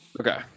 Okay